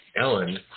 Ellen